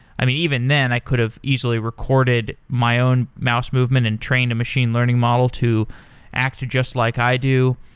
um even then, i could have easily recorded my own mouse movement and train a machine learning model to acted just like i do.